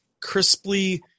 crisply